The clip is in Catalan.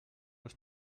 els